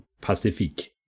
Pacifique